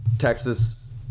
Texas